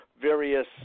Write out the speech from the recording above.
various